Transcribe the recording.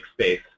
space